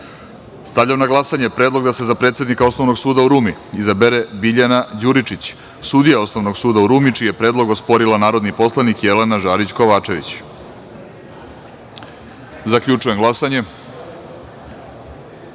na glasanje Predlog da se za predsednika Osnovnog suda u Rumi, izabere Biljana Đuričić, sudija Osnovnog suda u Rumi, čiji je predlog osporila narodni poslanik Jelena Žarić Kovačević. Zaključujem glasanje. Ukupno